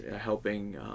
helping